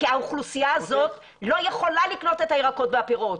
כי האוכלוסיה הזאת לא יכולה לקנות את הירקות והפירות,